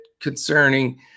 concerning